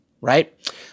right